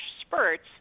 spurts